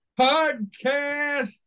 podcast